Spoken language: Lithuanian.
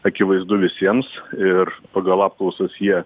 akivaizdu visiems ir pagal apklausas jie